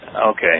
okay